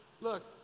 look